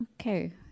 Okay